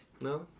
No